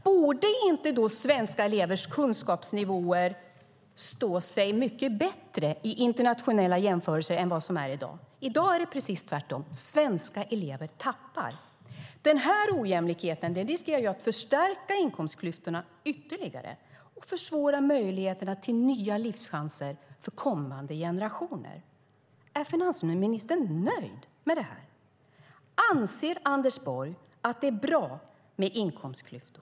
Borde inte svenska elevers kunskapsnivåer stå sig mycket bättre i internationella jämförelser än i dag? I dag är det precis tvärtom - svenska elever tappar. Den här ojämlikheten riskerar att förstärka inkomstklyftorna ytterligare och försvåra möjligheterna till nya livschanser för kommande generationer. Är finansministern nöjd med det? Anser Anders Borg att det är bra med inkomstklyftor?